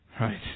Right